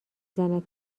زند